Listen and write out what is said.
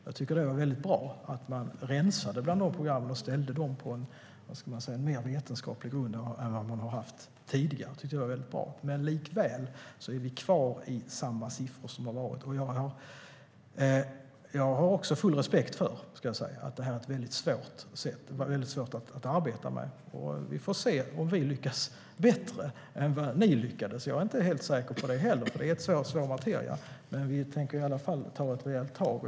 Jag tycker att det var väldigt bra att man rensade bland programmen och ställde dem på en mer vetenskaplig grund än vad man har haft tidigare. Det var väldigt bra. Men likväl är vi kvar i samma siffror som har varit. Jag har också full respekt för att det är väldigt svårt att arbeta med det. Vi får se om vi lyckas bättre än vad ni lyckades. Jag är inte heller helt säker på det. Det är rätt svår materia. Men vi tänker i varje fall ta ett rejält tag.